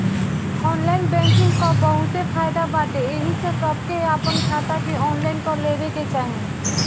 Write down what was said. online banking कअ बहुते फायदा बाटे एही से सबके आपन खाता के ऑनलाइन कअ लेवे के चाही